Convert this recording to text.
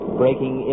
breaking